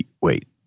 wait